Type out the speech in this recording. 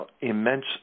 immense